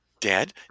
Dad